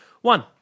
one